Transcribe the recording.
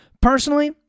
Personally